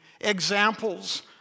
examples